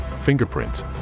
fingerprints